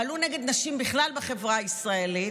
פעלו נגד נשים בכלל בחברה הישראלית,